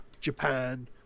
japan